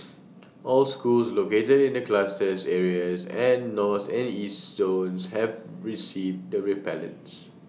all schools located in the clusters areas and north and east zones have received the repellents